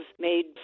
made